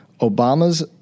Obama's